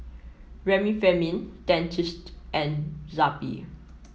Remifemin Dentiste and Zappy